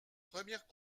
première